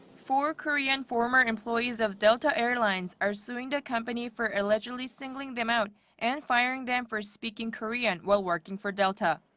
four korean former employees of delta air lines are suing the company for allegedly singling them out and firing them for speaking korean while working for delta.